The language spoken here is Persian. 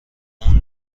اون